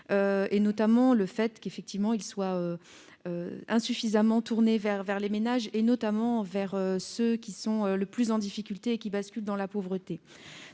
comme lui que le PLF est insuffisamment tourné vers les ménages, notamment vers ceux qui sont le plus en difficulté et qui basculent dans la pauvreté.